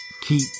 keep